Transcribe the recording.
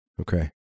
Okay